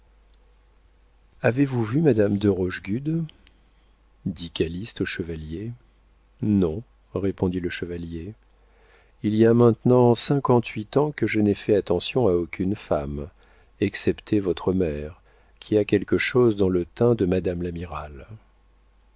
avez-vous vu madame de rochegude dit calyste au chevalier non répondit le chevalier il y a maintenant cinquante-huit ans que je n'ai fait attention à aucune femme excepté votre mère qui a quelque chose dans le teint de madame l'amirale